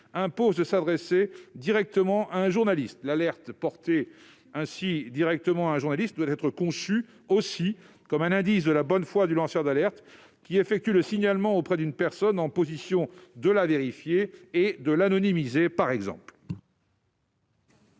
impose de s'adresser directement à un journaliste ». L'alerte portée ainsi directement à la connaissance d'un journaliste doit être conçue aussi comme un indice de la bonne foi du lanceur d'alerte qui effectue le signalement auprès d'une personne en position de la vérifier et de l'anonymiser par exemple.